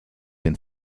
den